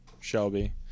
Shelby